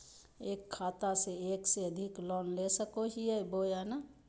एक खाता से एक से अधिक लोन ले सको हियय बोया नय?